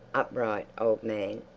upright old man,